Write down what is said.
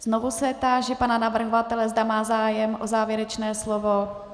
Znovu se táži pana navrhovatele, zda má zájem o závěrečné slovo.